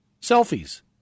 selfies